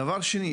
דבר שני,